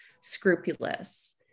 scrupulous